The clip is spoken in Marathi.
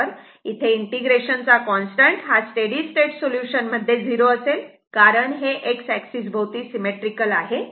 तर इथे इंटिग्रेशन चा कॉन्स्टंट हा स्टेडी स्टेट सोल्युशन मध्ये 0 असेल कारण हे X एक्सिस भोवती सिमेट्रीकल आहे